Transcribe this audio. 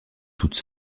toutes